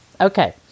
Okay